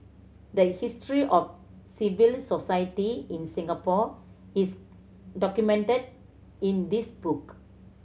the history of civil society in Singapore is documented in this book